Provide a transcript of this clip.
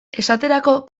esaterako